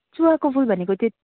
चुवाको फुल भनेको चाहिँ